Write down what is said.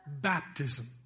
Baptism